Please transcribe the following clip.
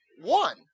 One